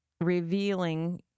revealing